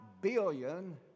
billion